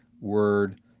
word